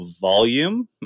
volume